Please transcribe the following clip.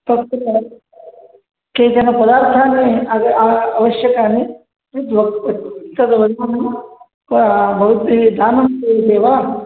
तु केचन पदार्थानि आवश्यकानि वा तद् वर्णः भवद्भिः दानं स्वीक्रियते वा